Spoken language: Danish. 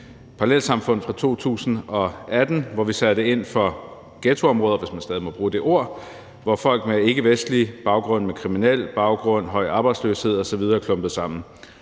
parallelsamfund fra 2018, hvor vi satte ind over for ghettoområder – hvis man stadig må bruge det ord – hvor folk med ikkevestlig baggrund, med kriminel baggrund og høj arbejdsløshed klumpede sig sammen.